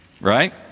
Right